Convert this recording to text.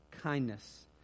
kindness